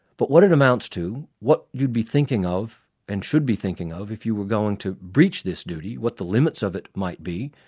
but what it amounts to, what you'd be thinking of and should be thinking of if you were going to breach this duty, what the limits of it might be.